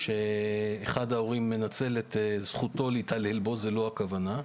שאחד ההורים מתעלל בו, זו לא הכוונה.